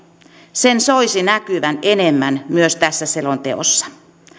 sen soisi näkyvän enemmän myös tässä selonteossa